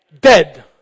Dead